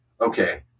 okay